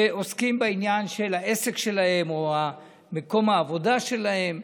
שעוסקים בעניין של העסק שלהם או מקום העבודה שלהם,